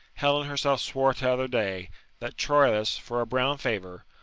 helen herself swore th' other day that troilus, for a brown favour,